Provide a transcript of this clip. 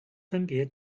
分别